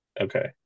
okay